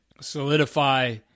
solidify